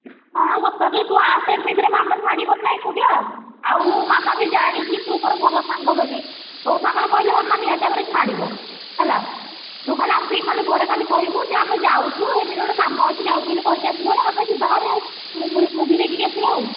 ହଁ ସତରେ ତୁ ଆସେ ଏମିତିରେ ମାମା ଛାଡିବନି ନା ଏକୁଟିଆ ଆଉ ମାମା ବି ଜାଣିଛି ତୁ ମୋର ଭଲ ସାଙ୍ଗ ବୋଲି ତୋ ସାଙ୍ଗରେ କହିଲେ ମାମା ନିହାତି ଭାବରେ ଛାଡ଼ିବ ହେଲା ତୁ ଖାଲି ଆସିକି ଖାଲି ଘରେ ଖାଲି କହିବୁ ଯେ ଆମେ ଯାଉଛୁ ଏମିତି ଗୋଟେ କାମ ଅଛି ଯାଉଛୁ ବୋଲି କହିକି ଆସିବୁ ଭାରି ଆମେ ଯିବା ଭାରି ମୁଭି ମୁଭି ଦେଖିକି ଆସିବା ଆଉ